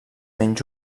menys